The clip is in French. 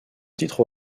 titre